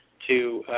to